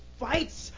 fights